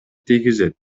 тийгизет